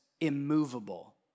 immovable